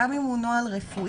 גם אם הוא נוהל רפואי,